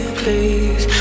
please